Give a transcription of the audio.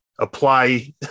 apply